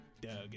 Doug